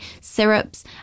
syrups